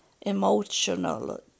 emotional